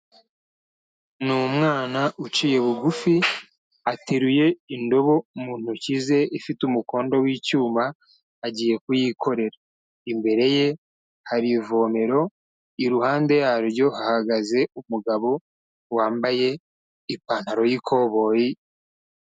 Ni umwana uciye bugufi ateruye indobo mu ntoki ze ifite umukondo w'icyuma agiye kuyikorera. Imbere ye hari ivomero iruhande yaryo hahagaze umugabo wambaye ipantaro y'ikoboyi...